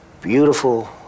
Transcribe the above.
beautiful